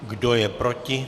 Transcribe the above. Kdo je proti?